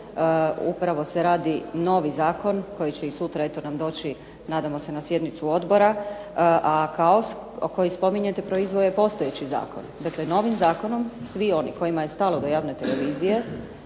upravo se radi novi Zakon koji će sutra nam doći na sjednicu Odbora, a kao koji spominjete proizveo je postojeći Zakon. Dakle, novim zakonom, svi oni kojima je stalo do javne televizije